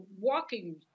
walking